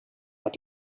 what